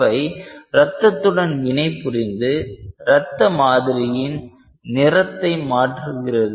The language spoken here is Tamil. அவை ரத்தத்துடன் வினைபுரிந்து ரத்த மாதிரியின் நிறத்தை மாற்றுகிறது